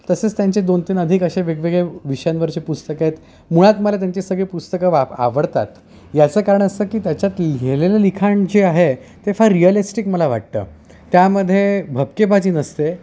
तसेच त्यांचे दोनतीन अधिक असे वेगवेगळे विषयांवरचे पुस्तकं आहेत मुळात मला त्यांचे सगळे पुस्तकं वा आवडतात याचं कारण असं की त्याच्यात लिहिलेलं लिखाण जे आहे ते फार रिअलिस्टिक मला वाटतं त्यामध्ये भपकेबाजी नसते